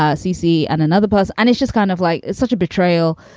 ah ceecee, and another pause. and it's just kind of like such a betrayal.